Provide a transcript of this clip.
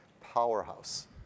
powerhouse